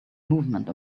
movement